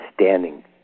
standing